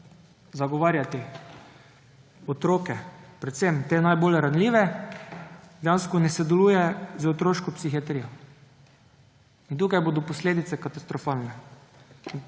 zagovarjati otroke, predvsem te najbolj ranljive, ne sodeluje z otroško psihiatrijo. In tukaj bodo posledice katastrofalne.